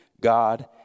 God